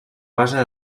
base